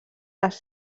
les